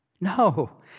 No